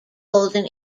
golden